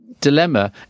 dilemma